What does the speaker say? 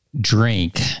drink